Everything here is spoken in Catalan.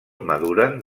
maduren